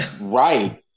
Right